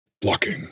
blocking